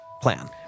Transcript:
plan